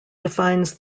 defines